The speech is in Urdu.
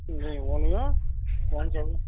جی بولیے کون چاہیے